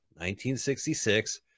1966